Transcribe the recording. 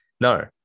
no